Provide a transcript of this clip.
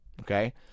okay